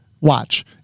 Watch